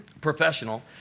professional